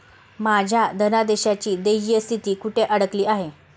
माझ्या धनादेशाची देय स्थिती कुठे अडकली आहे?